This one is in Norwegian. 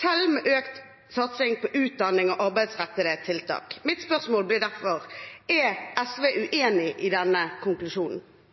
selv med økt satsing på utdanning og arbeidsrettede tiltak. Mitt spørsmål blir derfor: Er SV uenig i denne konklusjonen?